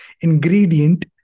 ingredient